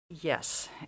Yes